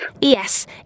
Yes